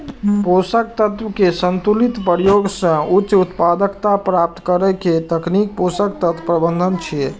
पोषक तत्व के संतुलित प्रयोग सं उच्च उत्पादकता प्राप्त करै के तकनीक पोषक तत्व प्रबंधन छियै